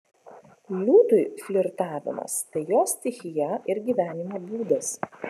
liūtui flirtavimas tai jo stichija ir gyvenimo būdas